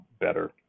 better